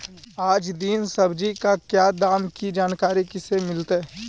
आज दीन सब्जी का क्या दाम की जानकारी कैसे मीलतय?